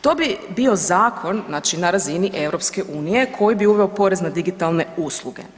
To bi bio zakon, znači na razini EU koji bi uveo porez na digitalne usluge.